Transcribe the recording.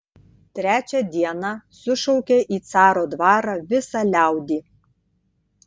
trečią dieną sušaukė į caro dvarą visą liaudį